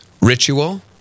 ritual